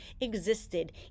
existed